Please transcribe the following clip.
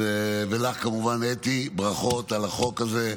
ולך, כמובן, אתי, ברכות על החוק הזה.